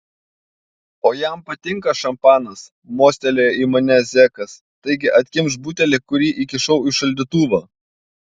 o jam patinka šampanas mostelėjo į mane zekas taigi atkimšk butelį kurį įkišau į šaldytuvą